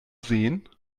sehen